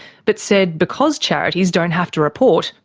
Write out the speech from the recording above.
but said because charities don't have to report,